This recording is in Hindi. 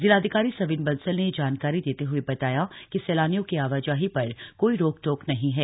जिलाधिकारी सविन बंसल ने यह जानकारी देते हए बताया कि सैलानियों के आवाजाही पर कोई रोक टोक नहीं है